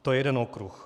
To je jeden okruh.